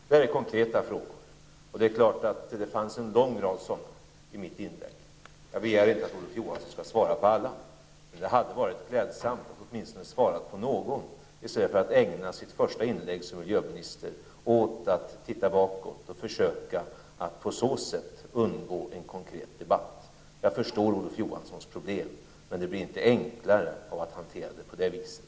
Detta är konkreta frågor, och det fanns en lång rad sådana i mitt inlägg. Jag begär inte att Olof Johansson skall svara på alla frågorna, men det hade varit klädsamt om han åtminstone hade svarat på någon av dem i stället för att ägna sitt första inlägg som miljöminister åt att se bakåt och på så sätt försöka att undgå en konkret debatt. Jag förstår Olof Johanssons problem, men de blir inte enklare av att han hanterar dem på det viset.